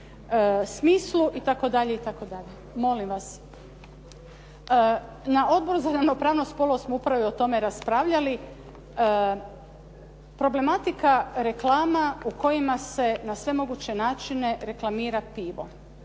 smislu itd., itd.. Na Odboru za ravnopravnost spolova smo upravo o tome raspravljali, problematika, reklama u kojima se na sve moguće načine reklamira pivo.